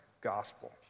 gospel